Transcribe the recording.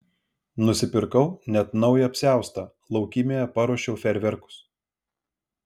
nusipirkau net naują apsiaustą laukymėje paruošiau fejerverkus